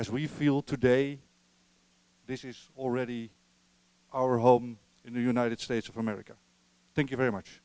as we feel today this is already our home in the united states of america thank you very much